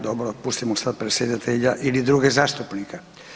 Dobro, pustimo sad predsjedatelja ili druge zastupnike.